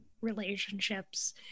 relationships